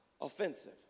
offensive